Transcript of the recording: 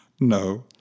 no